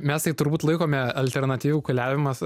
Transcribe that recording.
mes tai turbūt laikome alternatyvų